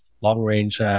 long-range